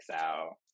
out